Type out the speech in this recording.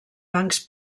bancs